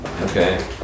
okay